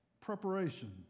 Preparation